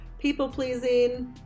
people-pleasing